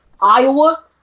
Iowa